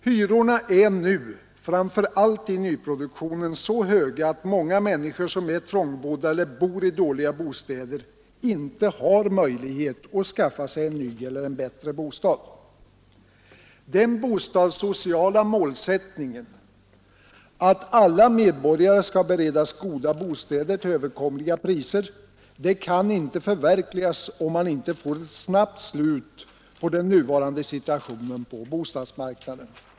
Hyrorna är nu, framför allt i nyproduktionen, så höga att många människor som är trångbodda eller bor i dåliga bostäder inte har möjlighet att skaffa sig en ny eller bättre bostad. Den bostadssociala målsättningen att alla medborgare skall beredas goda bostäder till överkomliga priser kan inte förverkligas, om man inte får ett snabbt slut på den nuvarande situationen på bostadsmarknaden.